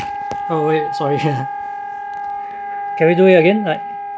oh wait sorry can you do it again like